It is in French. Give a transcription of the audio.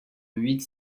huit